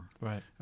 Right